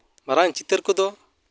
ᱢᱟᱨᱟᱝ ᱪᱤᱛᱟᱹᱨ ᱠᱚᱫᱚ